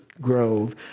grove